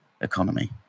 economy